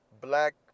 black